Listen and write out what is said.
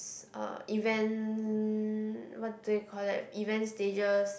uh event what do they call that event stages